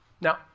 Now